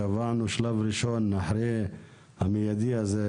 וקבענו בשלב ראשון אחרי המיידי הזה,